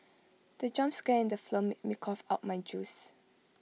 the jump scare in the made me cough out my juice